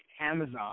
Amazon